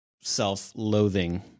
self-loathing